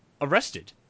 arrested